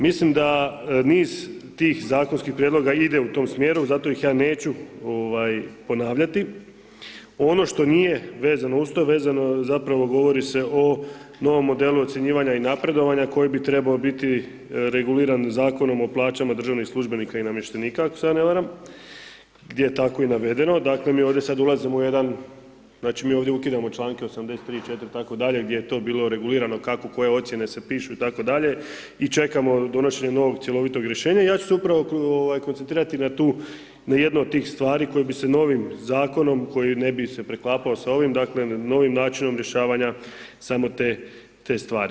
Mislim da niz tih zakonskih prijedloga ide u tom smjeru, zato ih ja neću ovaj ponavljati ono što nije vezano uz to, vezano zapravo govori se o novom modelu ocjenjivanju i napredovanja koji bi treba biti reguliran Zakonom o plaćama državnih službenika i namještenika ako se ja ne varam, gdje je tako i navedeno, dakle mi ovdje sad ulazimo u jedan, znači mi ovdje ukidamo članke od 83 4 itd., gdje je to bilo regulirano kako koje ocijene se pišu itd., i čekamo donošenje novog cjelovitog rješenja i ja ću se upravo ovaj koncentrirati na tu, na jednu od tih stvari koji bi se novim zakonom koji ne bi se preklapao sa ovim, dakle novim načinom rješavanja samo te, te stvari.